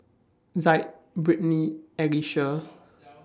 Zaid Britney and Alycia